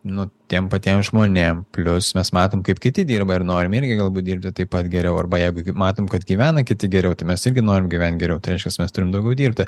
nu tiem patiem žmonėm plius mes matom kaip kiti dirba ir norime irgi galbūt dirbi taip pat geriau arba jeigu kaip matom kad gyvena kiti geriau tai mes irgi norim gyventi geriau tai reiškias mes turim daugiau dirbti